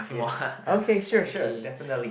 yes okay sure sure definitely